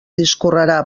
discorrerà